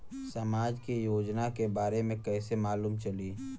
समाज के योजना के बारे में कैसे मालूम चली?